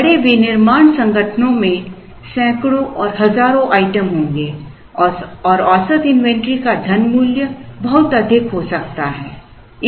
बड़े विनिर्माण संगठनों में सैकड़ों और हजारों आइटम होंगे और औसत इन्वेंट्री का धन मूल्य बहुत अधिक हो सकता है